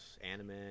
anime